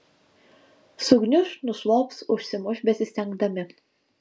sugniuš nuslops užsimuš besistengdami